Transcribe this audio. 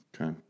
Okay